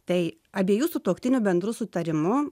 tai abiejų sutuoktinių bendru sutarimu